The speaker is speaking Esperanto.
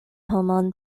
homon